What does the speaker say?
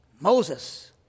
Moses